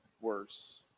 worse